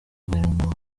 guverinoma